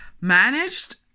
managed